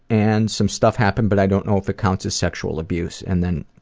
and some stuff happened but i don't know if it counts as sexual abuse. and then,